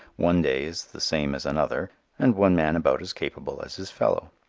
one day is the same as another and one man about as capable as his fellow.